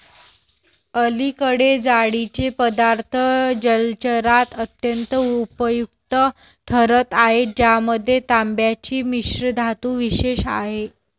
अलीकडे जाळीचे पदार्थ जलचरात अत्यंत उपयुक्त ठरत आहेत ज्यामध्ये तांब्याची मिश्रधातू विशेष आहे